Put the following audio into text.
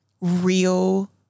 real